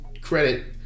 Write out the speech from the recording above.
credit